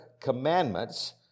commandments